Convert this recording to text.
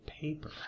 paper